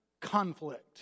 conflict